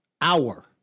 hour